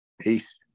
Peace